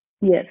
Yes